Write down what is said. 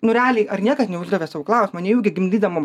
nu realiai ar niekas neuždavė sau klausimo nejaugi gimdydama